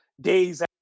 days